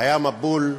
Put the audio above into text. היה מבול,